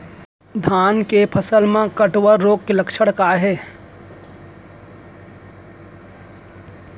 धान के फसल मा कटुआ रोग के लक्षण का हे?